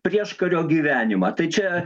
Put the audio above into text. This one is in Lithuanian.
prieškario gyvenimą tai čia